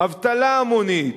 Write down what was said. אבטלה המונית,